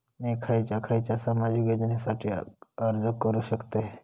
मी खयच्या खयच्या सामाजिक योजनेसाठी अर्ज करू शकतय?